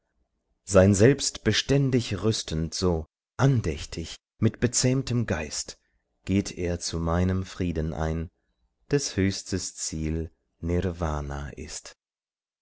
sein selbst beständig rüstend so andächtig mit bezähmtem geist geht er zu meinem frieden ein deß höchstes ziel nirvna ist